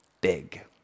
big